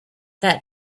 that